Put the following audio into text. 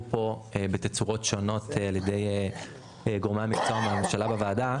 פה בתצורות שונות על ידי גורמי המקצוע מהממשלה בוועדה.